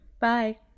bye